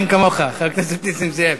אין כמוך, חבר הכנסת נסים זאב.